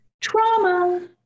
trauma